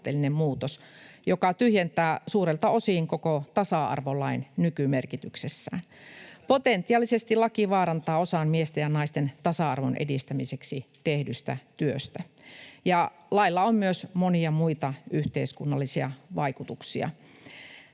muutos, joka tyhjentää suurelta osin koko tasa-arvolain nykymerkityksessään. Potentiaalisesti laki vaarantaa osan miesten ja naisten tasa-arvon edistämiseksi tehdystä työstä, ja lailla on myös monia muita yhteiskunnallisia vaikutuksia.